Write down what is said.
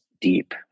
deep